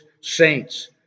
saints